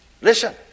Listen